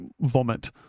vomit